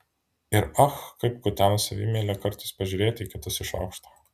ir ach kaip kutena savimeilę kartais pažiūrėti į kitus iš aukšto